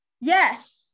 Yes